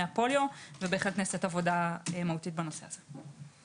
הפוליו ובהחלט נעשית עבודה מהותית בנושא הזה.